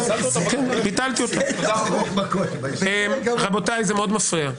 --- רבותיי, זה מאוד מפריע.